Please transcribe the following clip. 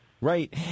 right